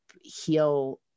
heal